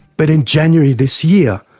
but in january this year,